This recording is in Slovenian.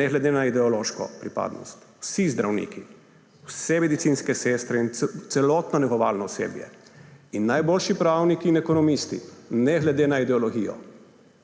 ne glede na ideološko pripadnost. Vsi zdravniki, vse medicinske sestre in celotno negovalno osebje in najboljši pravniki in ekonomisti, ne glede na ideologijo,